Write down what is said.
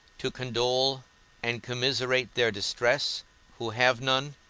to condole and commiserate their distress who have none?